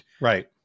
Right